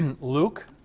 Luke